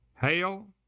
Hail